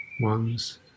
one's